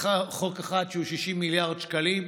חוק אחד שהוא 60 מיליארד שקלים.